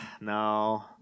No